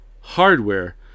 hardware